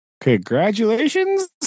congratulations